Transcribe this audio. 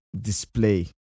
display